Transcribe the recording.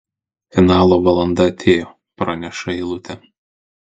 finalo valanda atėjo praneša eilutė